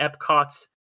epcot's